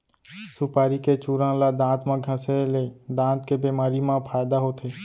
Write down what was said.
सुपारी के चूरन ल दांत म घँसे ले दांत के बेमारी म फायदा होथे